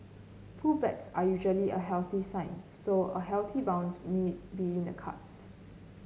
pullbacks are usually a healthy sign so a healthy bounce me be in the cards